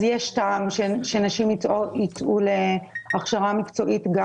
אז יש טעם שנשים יצאו להכשרה מקצועית גם